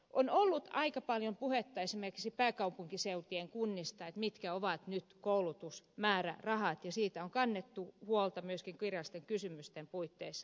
on ollut aika paljon puhetta esimerkiksi pääkaupunkiseudun kunnista mitkä ovat nyt koulutusmäärärahat ja siitä on kannettu huolta myöskin kirjallisten kysymysten puitteissa